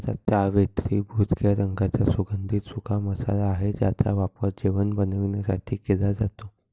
जावेत्री भुरक्या रंगाचा सुगंधित सुका मसाला आहे ज्याचा वापर जेवण बनवण्यासाठी केला जातो